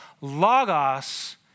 Logos